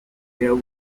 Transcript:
there